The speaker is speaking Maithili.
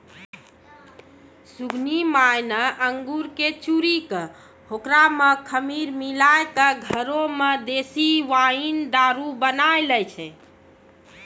सुगनी माय न अंगूर कॅ चूरी कॅ होकरा मॅ खमीर मिलाय क घरै मॅ देशी वाइन दारू बनाय लै छै